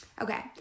Okay